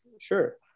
Sure